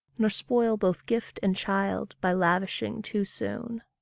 nor spoil both gift and child by lavishing too soon.